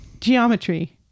Geometry